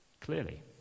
Clearly